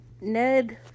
ned